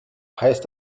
heißt